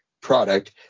product